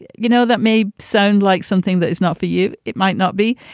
you know, that may sound like something that is not for you. it might not be.